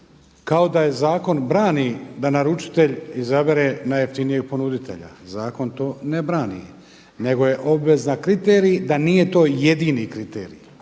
kao da zakon brani da naručitelj izabere najjeftinijeg ponuditelja. Zakon to ne brani nego je obvezan kriterij da nije to jedini kriterij.